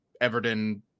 Everton